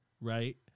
right